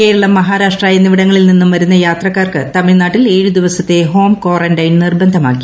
കേരളം മഹാരാഷ്ട്ര എന്നിവിടങ്ങളിൽ നിന്നും വരുന്ന യാത്രക്കാർക്ക് തമിഴ്നിട്ടിൽ ഏഴ് ദിവസത്തെ ഹോം ക്വാറന്റൈൻ നിർബസ്സിമാക്കി